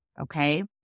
Okay